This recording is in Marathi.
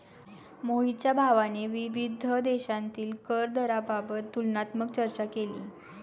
मोहितच्या भावाने विविध देशांतील कर दराबाबत तुलनात्मक चर्चा केली